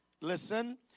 listen